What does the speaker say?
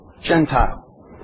Gentile